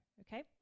okay